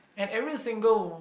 and every single w~